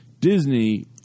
Disney